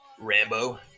Rambo